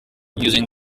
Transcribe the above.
using